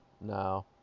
No